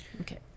Okay